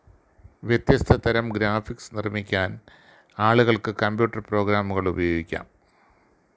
വ്യത്യസ്ത തരം ഗ്രാഫിക്സ് നിർമ്മിക്കാൻ ആളുകൾക്ക് കമ്പ്യൂട്ടർ പ്രോഗ്രാമുകളുപയോഗിക്കാം